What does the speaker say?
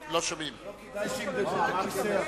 לא כדאי שיבדקו את הכיסא?